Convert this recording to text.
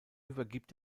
übergibt